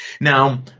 Now